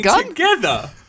together